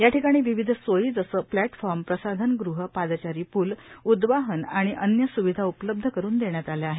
याठिकाणी विविध सोयी जसे प्लॅटफॉम प्रसाधनगृह पादचारी प्ल उदवाहन आणि अन्य स्विधा उपलब्ध करून देण्यात आल्या आहे